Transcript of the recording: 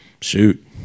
Shoot